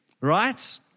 right